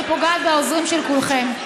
שפוגעת בעוזרים של כולכם.